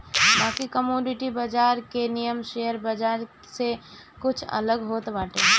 बाकी कमोडिटी बाजार के नियम शेयर बाजार से कुछ अलग होत बाटे